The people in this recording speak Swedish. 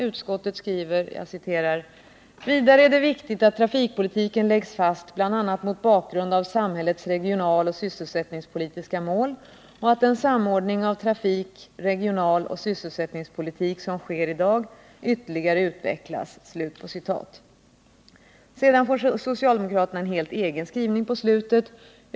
Utskottet skriver: ”Vidare är det viktigt —— —-att trafikpolitiken läggs fast bl.a. mot bakgrund av samhällets regionaloch sysselsättningspolitiska mål och att den samordning av trafik-, regionaloch sysselsättningspolitik som sker i dag ytterligare utvecklas.” Så får socialdemokraterna en helt egen skrivning på slutet.